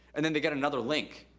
and then they get another link.